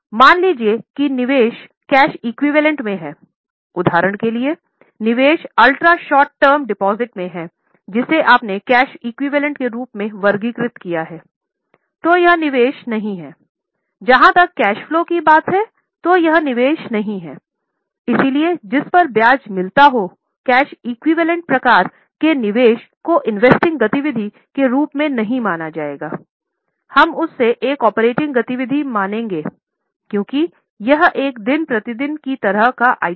मान लीजिए कि निवेश कैश एक्विवैलेन्ट से ब्याज प्राप्त करते हैं